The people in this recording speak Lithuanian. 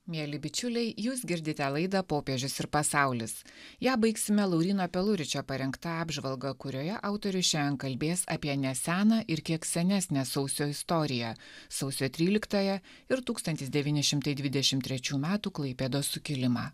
mieli bičiuliai jūs girdite laidą popiežius ir pasaulis ją baigsime lauryno peluričio parengta apžvalga kurioje autorius šian kalbės apie neseną ir kiek senesnę sausio istoriją sausio tryliktąją ir tūkstantis devyni šimtai dvidešim trečių metų klaipėdos sukilimą